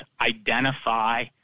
identify